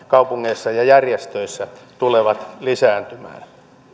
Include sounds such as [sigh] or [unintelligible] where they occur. [unintelligible] kaupungeissa ja järjestöissä tulevat lisääntymään